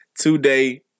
today